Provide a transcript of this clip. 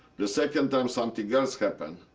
the second time something else happened.